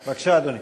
בבקשה, אדוני.